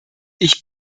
ich